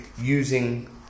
using